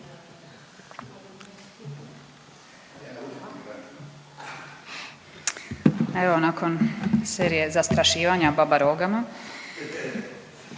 Evo nakon serije zastrašivanja babarogama